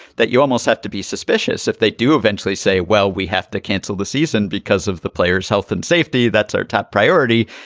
that you almost have to be suspicious if they do eventually say, well, we have to cancel the season because of the players' health and safety. that's our top priority.